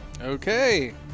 Okay